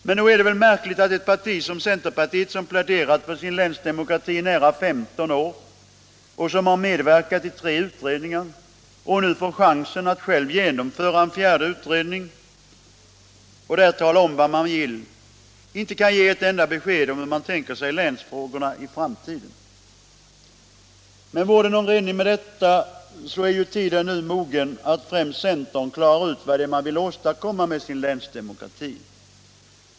Men nog är det väl märkligt att ett parti som centerpartiet, som pläderat för sin länsdemokrati i nära 15 år, som har medverkat i tre utredningar och som nu får chansen att genomföra en fjärde utredning och där tala om vad man vill, inte kan ge ett enda besked om hur man tänker sig länsfrågorna i framtiden. 7n Men vore det någon reda med detta är tiden nu mogen att främst centern klarar ut vad det är man vill åstadkomma med sin länsdemokrati.